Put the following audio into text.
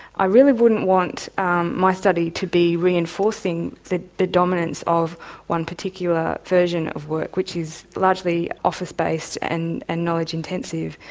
i really wouldn't want um my study to be reinforcing the the dominance of one particular version of work which is largely office-based and and knowledge-intensive.